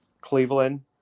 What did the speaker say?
Cleveland